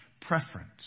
preference